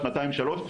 שנתיים שלוש,